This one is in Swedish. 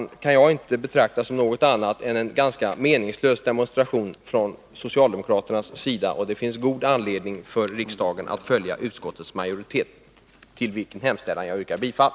Det här kan jag inte betrakta som någonting annat än en ganska meningslös demonstration från socialdemokraternas sida, och det finns god anledning för riksdagen att följa utskottsmajoriteten, till vars hemställan jag yrkar bifall.